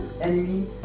enemy